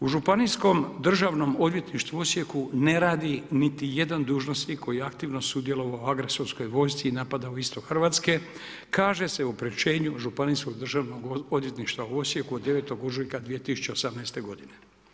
U Županijskom državnom odvjetništvu u Osijeku ne radi niti jedan dužnosnik koji je aktivno sudjelovao u agresorskoj vojsci i napadao istok Hrvatske, kaže se u priopćenju Županijskog državnog odvjetništva u Osijeku od 9. ožujka 2018. godine.